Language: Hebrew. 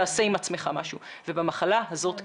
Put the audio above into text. תעשה עם עצמך משהו, ובמחלה הזאת כן.